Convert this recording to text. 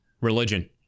Religion